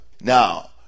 Now